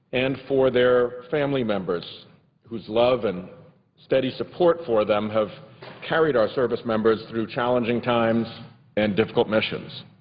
and for their family members whose love and steady support for them have carried our service members through challenging times and difficult missions.